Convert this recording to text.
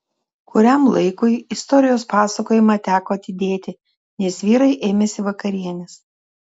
kuriam laikui istorijos pasakojimą teko atidėti nes vyrai ėmėsi vakarienės